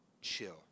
chill